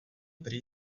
prý